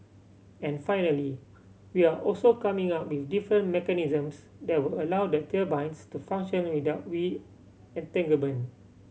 and finally we're also coming up with different mechanisms that will allow the turbines to function without weed entanglement